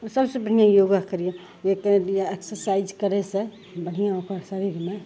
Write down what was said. सबसँ पहिने योगा करियौ एक्सरसाइज करयसँ बढ़िआँ ओकर शरीरमे